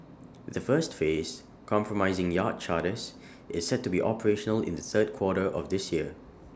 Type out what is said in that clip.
the first phase comprising Yacht Charters is set to be operational in the third quarter of this year